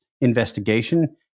investigation